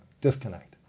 disconnect